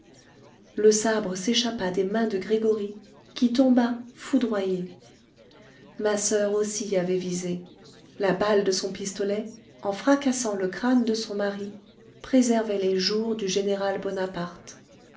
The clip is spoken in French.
le sabre s'échappa des mains de gregoryi qui tomba foudroyé ma soeur aussi avait visé la balle de son pistolet en fracassant le crâne de son mari préservait les jours du général bonaparte